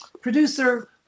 producer